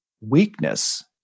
weakness